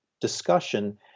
discussion